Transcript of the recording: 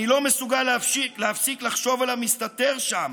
"אני לא מסוגל להפסיק לחשוב עליו מסתתר שם,